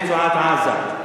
ברצועת-עזה.